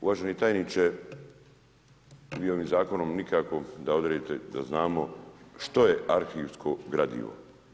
Uvaženi tajniče, vi ovim Zakonom nikako da odredite da znamo što je arhivsko gradivo.